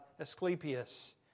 Asclepius